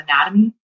anatomy